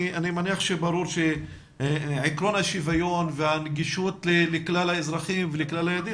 אני מניח שברור שעקרון השוויון והנגישות לכלל האזרחים ולכלל הילדים,